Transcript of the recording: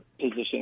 position